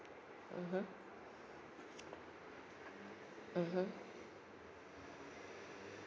mmhmm mmhmm